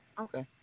Okay